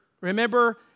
Remember